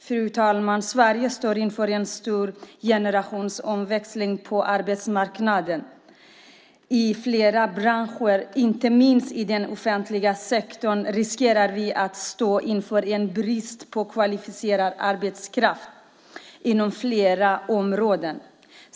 Fru talman! Sverige står inför en stor generationsväxling på arbetsmarknaden. I flera branscher, inte minst i den offentliga sektorn, riskerar vi att stå inför en brist på kvalificerad arbetskraft inom flera områden.